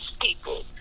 people